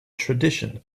tradition